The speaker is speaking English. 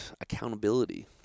accountability